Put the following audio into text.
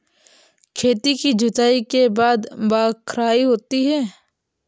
खेती की जुताई के बाद बख्राई होती हैं?